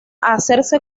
hacerse